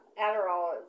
Adderall